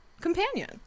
companion